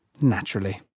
naturally